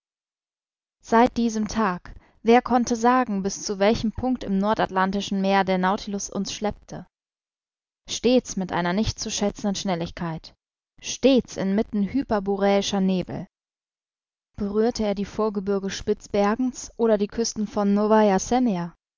seit diesem tag wer konnte sagen bis zu welchem punkt im nordatlantischen meer der nautilus uns schleppte stets mit einer nicht zu schätzenden schnelligkeit stets inmitten hyperboräischer nebel berührte er die vorgebirge spitzbergens oder die küsten von